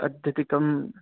अत्यधिकम्